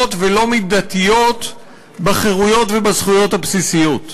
ולא מידתיות בחירויות ובזכויות הבסיסיות.